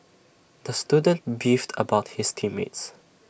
the student beefed about his team mates